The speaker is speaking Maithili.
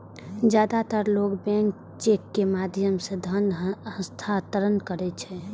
जादेतर लोग बैंक चेक के माध्यम सं धन हस्तांतरण करै छै